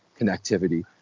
connectivity